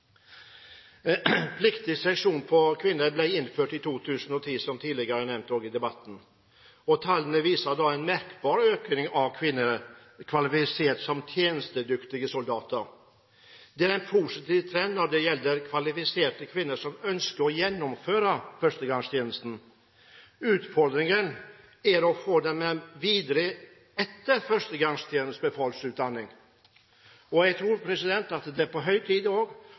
tallene viser en merkbar økning av kvinner kvalifisert som tjenestedyktige soldater. Det er en positiv trend når det gjelder kvalifiserte kvinner som ønsker å gjennomføre førstegangstjenesten. Utfordringen er å få dem med videre etter førstegangstjeneste/befalsutdanning. Jeg tror det er på høy tid også å vurdere å innføre verneplikt likt både for menn og